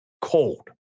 cold